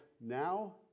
now